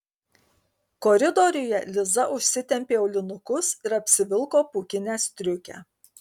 koridoriuje liza užsitempė aulinukus ir apsivilko pūkinę striukę